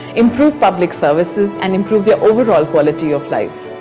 improve public services, and improve their overall quality of life.